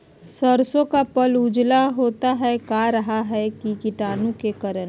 सरसो का पल उजला होता का रहा है की कीटाणु के करण?